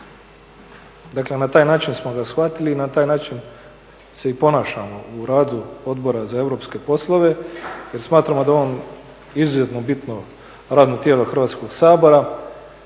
Dakle na taj način smo ga shvatili i na taj način se i ponašamo u radu Odbor za europske poslove jer smatramo da je on izuzetno bitno radno tijelo Hrvatskog sabora